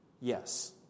Yes